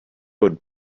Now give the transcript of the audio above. would